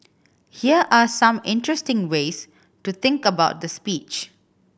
here are some interesting ways to think about the speech